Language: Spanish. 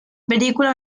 película